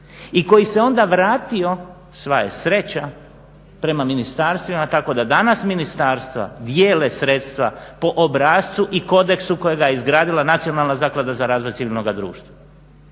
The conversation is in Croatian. i koji se onda vratio sva je sreća prema ministarstvima tako da danas ministarstva dijele sredstva po obrascu i kodeksu kojega je izradila Nacionalna zaklada za razvoj civilnoga društva,